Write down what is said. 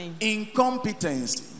incompetence